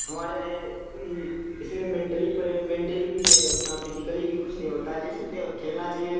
ہمارے اس میں مینٹلی مینٹلی بھی نہیں اتنا فیزیکلی بھی کچھ نہیں ہوتا تو کھیلنا چاہیے